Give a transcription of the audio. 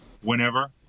whenever